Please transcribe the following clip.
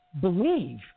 believe